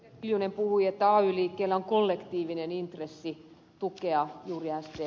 kiljunen puhui että ay liikkeellä on kollektiivinen intressi tukea juuri sdptä